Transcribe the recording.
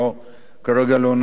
כרגע לא נזכיר אותו.